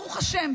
ברוך השם,